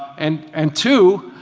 and and two,